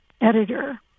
editor